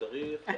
בסוף.